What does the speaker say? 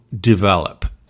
develop